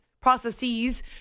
processes